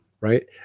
right